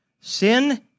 sin